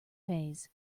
fays